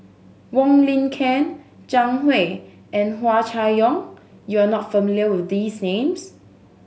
Wong Lin Ken Zhang Hui and Hua Chai Yong you are not familiar with these names